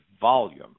volume